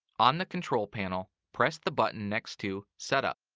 on the control panel, press the button next to setup.